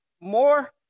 more